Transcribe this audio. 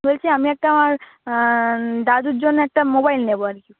বলছি আমি একটা আমার দাদুর জন্য একটা মোবাইল নেব আর কি